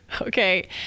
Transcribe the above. Okay